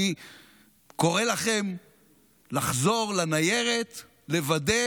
אני קורא לכם לחזור לניירת, לוודא